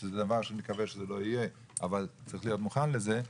שזה דבר שאני מקווה שלא יהיה אבל צריך להיות מוכן לזה.